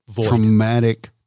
traumatic